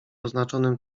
oznaczonym